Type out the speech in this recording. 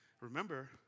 Remember